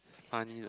funny lah